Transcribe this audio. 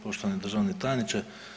Poštovani državni tajniče.